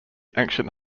ancient